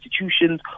institutions